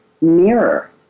mirror